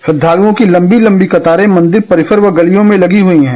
श्रद्दालुओं की लम्बी लम्बी कतारें मंदिर परिसर व गलियों मे लगी हुई है